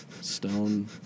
stone